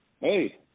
hey